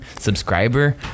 subscriber